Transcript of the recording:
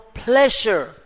pleasure